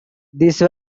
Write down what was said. these